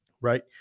right